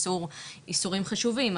איסורים חשובים,